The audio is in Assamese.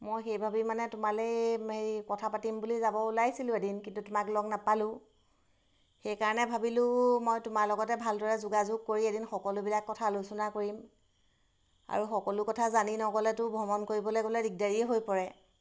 মই সেই ভাবি মানে তোমালৈ এই হেৰি কথা পাতিম বুলি যাব ওলাইছিলোঁ এদিন কিন্তু তোমাক লগ নাপালোঁ সেইকাৰণে ভাবিলোঁ মই তোমাৰ লগতে ভালদৰে যোগাযোগ কৰি এদিন সকলোবিলাক কথা আলোচনা কৰিম আৰু সকলো কথা জানি নগ'লেতো ভ্ৰমণ কৰিবলৈ গ'লে দিগদাৰীয়ে হৈ পৰে